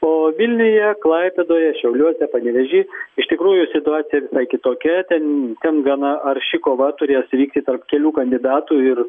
o vilniuje klaipėdoje šiauliuose panevėžy iš tikrųjų situacija kitokia ten ten gana arši kova turės vykti tarp kelių kandidatų ir